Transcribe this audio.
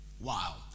Wow